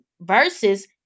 versus